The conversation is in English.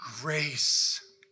grace